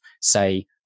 say